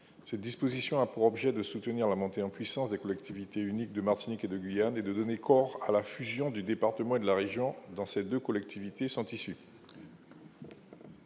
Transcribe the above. cette disposition a pour objet de soutenir la montée en puissance des collectivités unique de Martinique et de Guyane et de donner corps à la fusion du département de la région dans ces 2 collectivités sont issus.